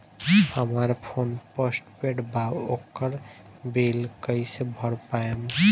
हमार phone postpaid बा ओकर बिल कईसे भर पाएम?